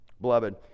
beloved